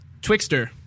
Twixter